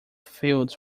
fields